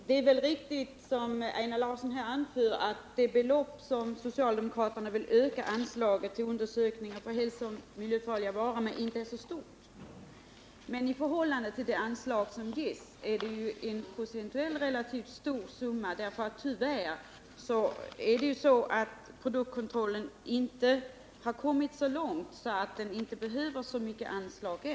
Herr talman! Det är väl som Einar Larsson säger riktigt att socialdemokraternas förslag till ökning av anslaget för undersökningar av hälsooch miljöfarliga varor inte är så betydande i pengar räknat, men i förhållande till det anslag som ges rör det sig om en procentuellt sett relativt stor summa. Tyvärr har produktkontrollen inte utvecklats så mycket än att det behövs så stora anslag.